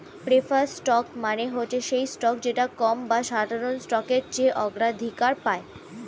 preferred stock মানে হচ্ছে সেই স্টক যেটা কমন বা সাধারণ স্টকের চেয়ে অগ্রাধিকার পায়